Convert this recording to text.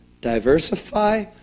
diversify